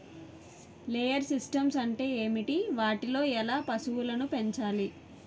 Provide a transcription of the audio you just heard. Layer systems అంటే ఏంటి? వాటిలో ఎలా పశువులను పెంచాలి?